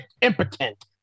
impotent